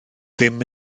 ddim